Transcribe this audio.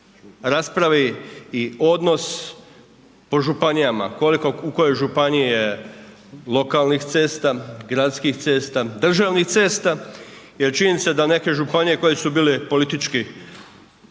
raspravi i odnos po županijama. Koliko u kojoj županiji je lokalnih cesta, gradskih cesta, državnih cesta, jer činjenica je da neke županije koje su bile politički aktivnije,